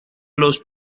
los